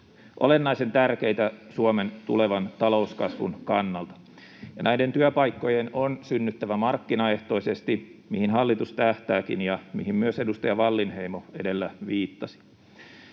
olennaisen tärkeitä Suomen tulevan talouskasvun kannalta. Näiden työpaikkojen on synnyttävä markkinaehtoisesti, mihin hallitus tähtääkin, ja mihin myös edustaja Wallinheimo edellä viittasi.